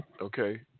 okay